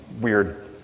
weird